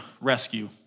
rescue